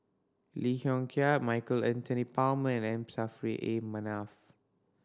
Lee Yong Kiat Michael Anthony Palmer and M Saffri A Manaf